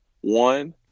One